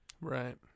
right